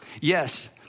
Yes